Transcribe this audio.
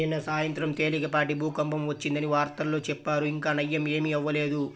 నిన్న సాయంత్రం తేలికపాటి భూకంపం వచ్చిందని వార్తల్లో చెప్పారు, ఇంకా నయ్యం ఏమీ అవ్వలేదు